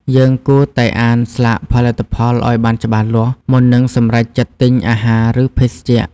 យើងគួរតែអានស្លាកផលិតផលឱ្យបានច្បាស់លាស់ មុននឹងសម្រេចចិត្តទិញអាហារឬភេសជ្ជៈ។